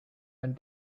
and